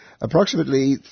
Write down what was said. Approximately